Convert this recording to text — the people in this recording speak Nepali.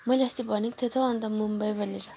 मैले अस्ति भनेको थिए त हौ अनि मुम्बई भनेर